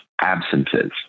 absences